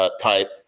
type